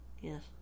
Yes